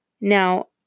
Now